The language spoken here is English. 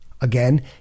Again